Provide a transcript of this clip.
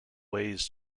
ways